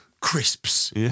crisps